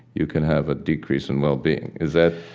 you can have a decrease in well-being. is that